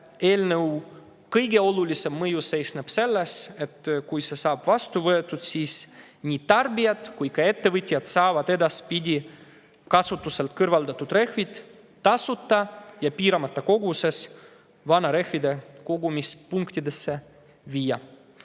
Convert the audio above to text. eelnõu kõige olulisem mõju seisneb selles, et kui see saab vastu võetud, siis saavad edaspidi nii tarbijad kui ka ettevõtjad viia kasutuselt kõrvaldatud rehvid tasuta ja piiramata koguses vanarehvide kogumispunktidesse.